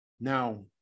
now